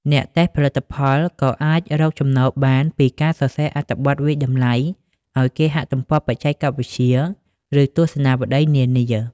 អ្នកតេស្តផលិតផលក៏អាចរកចំណូលបានពីការសរសេរអត្ថបទវាយតម្លៃឱ្យគេហទំព័របច្ចេកវិទ្យា ឬទស្សនាវដ្តីនានា។